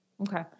Okay